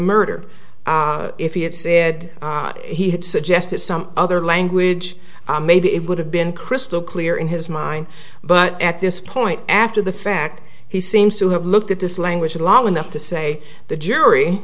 murder if he had said he had suggested some other language maybe it would have been crystal clear in his mind but at this point after the fact he seems to have looked at this language long enough to say the jury